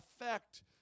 effect